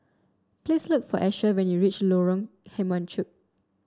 please look for Asher when you reach Lorong Kemunchup